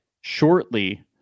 shortly